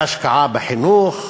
בהשקעה בחינוך,